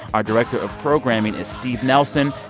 our director of programming is steve nelson.